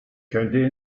könnte